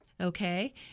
okay